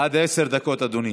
עד עשר דקות, אדוני.